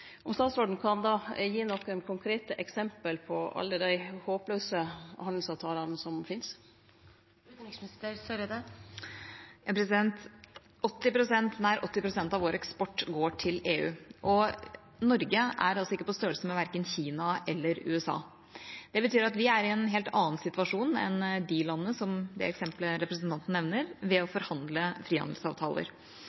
kan gi nokre konkrete eksempel på alle dei håplause handelsavtalane som finst. Nær 80 pst. av vår eksport går til EU, og Norge er altså ikke på størrelse med verken Kina eller USA. Det betyr at vi er i en helt annen situasjon enn landene i det eksempelet som representanten nevner, ved